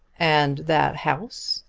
and that house?